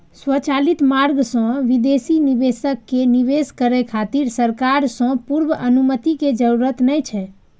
स्वचालित मार्ग सं विदेशी निवेशक कें निवेश करै खातिर सरकार सं पूर्व अनुमति के जरूरत नै छै